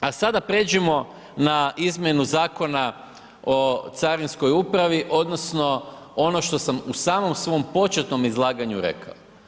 A sada pređimo na izmjenu Zakona o carinskoj upravi, odnosno, ono što sam u samom svom početnom izlaganju rekao.